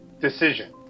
Decision